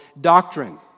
doctrine